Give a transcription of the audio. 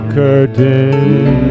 curtain